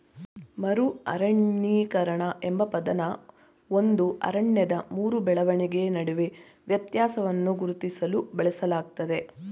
ಮರು ಅರಣ್ಯೀಕರಣ ಎಂಬ ಪದನ ಒಂದು ಅರಣ್ಯದ ಮರು ಬೆಳವಣಿಗೆ ನಡುವೆ ವ್ಯತ್ಯಾಸವನ್ನ ಗುರುತಿಸ್ಲು ಬಳಸಲಾಗ್ತದೆ